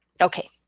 okay